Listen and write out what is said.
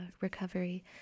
recovery